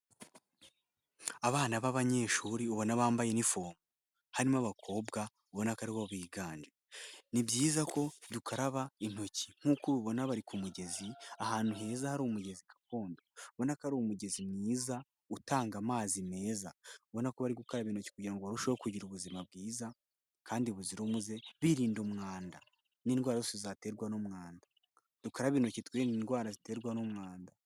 Abana b'abanyeshuri ubona bambaye uniform harimo abakobwa ubona ko aribo biganje. Ni byiza ko dukaraba intoki nkuko ubibona bari ku mugezi, ahantu heza hari umugezi gakondo, ubona ko ari umugezi mwiza utanga amazi meza ubona ko bari gukaraba intoki kugira ngo barusheho kugira ubuzima bwiza ,kandi buzira umuze birinda umwanda n'indwara zose zaterwa n'umwanda. Dukaraba intoki twirinda indwara ziterwa n'umwanda.